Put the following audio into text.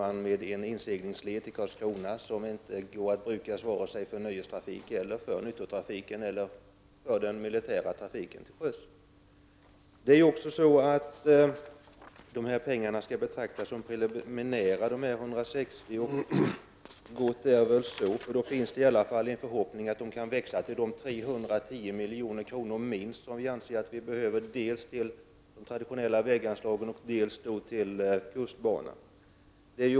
Man får då en inseglingsled till Karlskrona som inte går att brukas för nöjestrafik, nyttotrafik eller militär trafik. De 160 miljonerna skall betraktas som preliminära, och det är gott. Då finns i alla fall förhoppningen att de kan växa till de 310 milj.kr. som vi anser minst behövs dels till de traditionella väganslagen, dels till kustbanan.